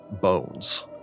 bones